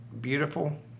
beautiful